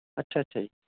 ਅੱਛਾ ਅੱਛਾ ਜੀ